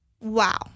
Wow